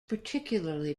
particularly